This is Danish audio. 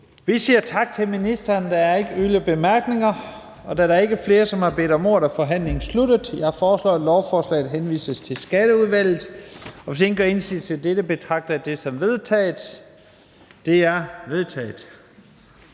Vi siger tak til ministeren. Der er ikke yderligere korte bemærkninger. Da der ikke er flere, som har bedt om ordet, er forhandlingen sluttet. Jeg foreslår, at lovforslaget henvises til Skatteudvalget. Hvis ingen gør indsigelse, betragter jeg det som vedtaget. Det er vedtaget.